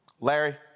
Larry